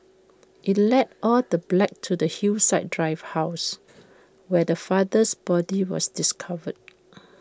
IT led all the black to the Hillside drive house where the father's body was discovered